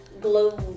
glow